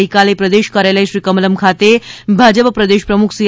ગઇકાલે પ્રદેશ કાર્યાલય શ્રી કમલમ ખાતે ભાજપ પ્રદેશ પ્રમુખ સી